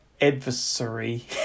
adversary